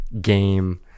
game